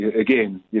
again